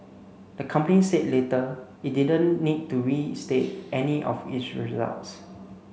the company said later it didn't need to restate any of its results